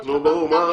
נו ברור.